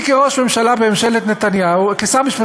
אני כשר משפטים בממשלת נתניהו,